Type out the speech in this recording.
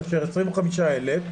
כאשר 25,000,